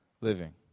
living